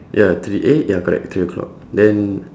ya three eh ya correct three o'clock then